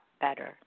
better